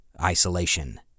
isolation